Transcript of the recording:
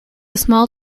small